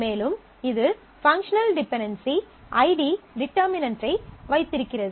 மேலும் இது functional dependency ID determinant ஐ வைத்திருக்கிறது